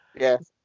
Yes